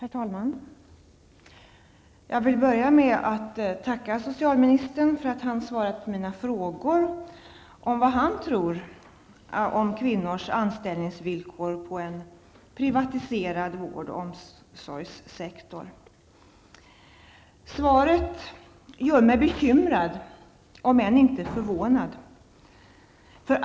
Herr talman! Jag vill börja med att tacka socialministern för att han har svarat på mina frågor som gällde vad han tror om kvinnors anställningsvillkor inom en privatiserad vård och omsorgssektor. Svaret gör mig bekymrad, om än inte förvånad.